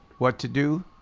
what to do?